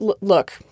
look